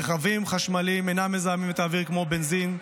רכבים חשמליים אינם מזהמים את האוויר כמו רכבי בנזין,